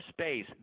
space